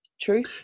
truth